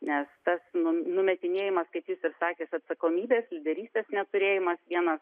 nes tas nu numetinėjimas kaip jūs ir sakėt atsakomybės lyderystės neturėjimas vienas